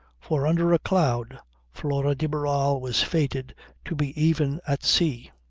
for under a cloud flora de barral was fated to be even at sea.